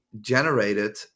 generated